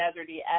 deserty